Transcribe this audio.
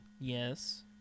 Yes